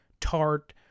tart